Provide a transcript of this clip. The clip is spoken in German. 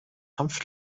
hanf